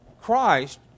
Christ